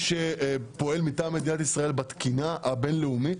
שפועל מטעם מדינת ישראל בתקינה הבין-לאומית?